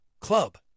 club